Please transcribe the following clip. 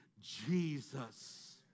Jesus